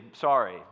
sorry